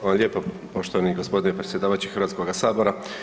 Hvala lijepa poštovani gospodine predsjedavajući Hrvatskoga sabora.